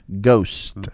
ghost